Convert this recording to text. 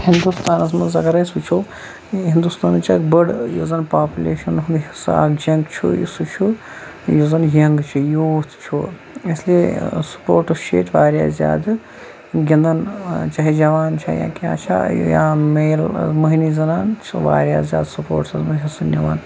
ہِندوستانَس منٛز اگر أسۍ وٕچھو یہٕ ہِندوستانٕچ اکھ بٔڑ یۄس زَن پاپلیشنُک حِصہٕ اِکھ جن چھُ سُہ چھُ یُس زَن یِنٛگ چھُ یوٗتھ چھُ اِسلِیے سُپوٹٕس چھُ ییٚتہِ واریاہ زیادٕ گِنٛدان چاہیے جَوان چھِ یا کیاہ چھا یا میل مٕہنی زَنان سُہ واریاہ زیادٕ سُپوٹسَس منٛز حِصہٕ نِوان